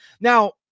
Now